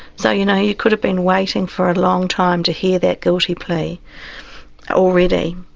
so, you know, you could have been waiting for a long time to hear that guilty plea already.